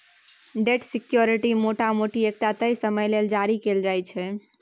date security मोटा मोटी एकटा तय समय लेल जारी कएल जाइत छै